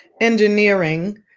engineering